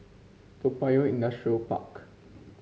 Toa Payoh Industrial Park